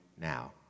now